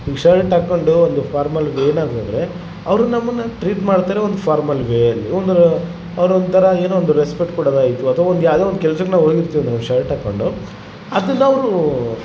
ಈ ಶರ್ಟ್ ಹಾಕೊಂಡು ಒಂದು ಫಾರ್ಮಲ್ ವೇನಾಗೆ ಹೋದರೆ ಅವರು ನಮ್ಮನ್ನು ಟ್ರೀಟ್ ಮಾಡ್ತರೆ ಒಂದು ಫಾರ್ಮಲ್ ವೇಯಲ್ಲಿ ಅಂದ್ರೆ ಅವ್ರು ಒಂಥರ ಏನೋ ಒಂದು ರೆಸ್ಪೆಕ್ಟ್ ಕೊಡೋದ್ ಆಯಿತು ಅಥವ ಒಂದು ಯಾವುದೋ ಒಂದು ಕೆಲ್ಸಕ್ಕೆ ನಾವು ಹೋಗಿರ್ತಿವಿ ನಾವು ಶರ್ಟ್ ಹಾಕೊಂಡು ಅದನ್ನವರು